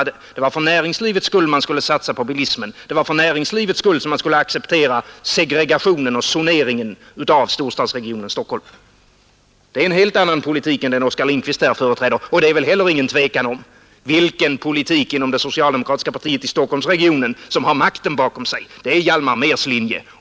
Det var för näringslivets skull man satsade på bilismen. Det var för näringslivets skull man skulle acceptera segregationen och zoneringen av storstadsregionen Stockholm. Det är en helt annan politik än den Oskar Lindkvist företräder, och det är väl ingen tvekan om vilken linje inom det socialdemokratiska partiet i Stockholmsregionen som har makten bakom sig. Det är Hjalmar Mehrs linje.